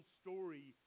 story